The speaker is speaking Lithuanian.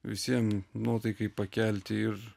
visiem nuotaikai pakelti ir